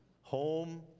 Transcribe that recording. Home